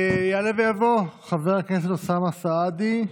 יעלה ויבוא חבר הכנסת אוסאמה סעדי,